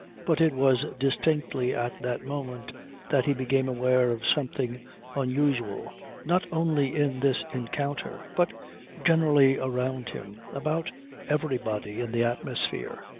but it was distinctly at that moment that he became aware of something unusual not only in this encounter but generally around him, about everybody, in the atmosphere.